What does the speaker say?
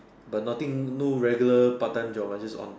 but nothing no regular part time job uh just on